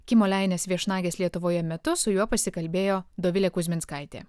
kimo leinės viešnagės lietuvoje metu su juo pasikalbėjo dovilė kuzminskaitė